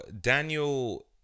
Daniel